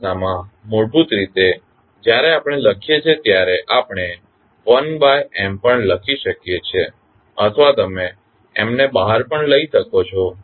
આ કિસ્સામાં મૂળભૂત રીતે જ્યારે આપણે લખીએ છીએ ત્યારે આપણે 1M પણ લખી શકીએ છીએ અથવા તમે Mને બહાર પણ લઈ શકો છો